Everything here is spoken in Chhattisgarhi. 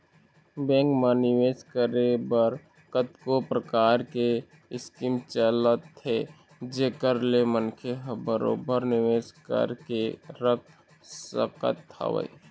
बेंक म निवेस करे बर कतको परकार के स्कीम चलत हे जेखर ले मनखे ह बरोबर निवेश करके रख सकत हवय